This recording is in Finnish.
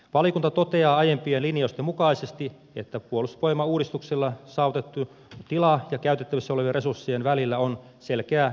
valiokunta toteaa aiempien linjausten mukaisesti että puolustusvoimauudistuksella saavutetun tilan ja käytettävissä olevien resurssien välillä on selkeä epätasapaino